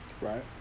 right